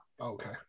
Okay